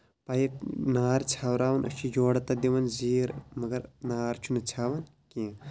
pipe نار ژھٮ۪وراوُن أسۍ چھِ یورٕ تَتھ دِوان زیٖر مگر نار چھُنہٕ ژھٮ۪وان کیٚنٛہہ